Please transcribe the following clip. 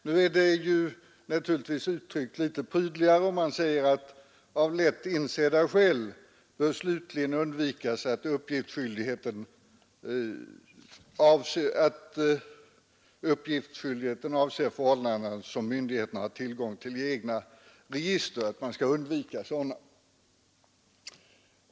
Nu har man naturligtvis uttryckt sig litet prydligare — man säger att det av lätt insedda skäl bör undvikas att uppgiftsskyldigheten avser förhållanden som myndigheterna har tillgång till i egna register.